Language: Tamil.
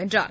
வென்றார்